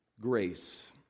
grace